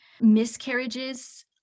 Miscarriages